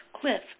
cliff